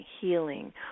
healing